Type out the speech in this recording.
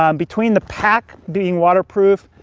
um between the pack being waterproof,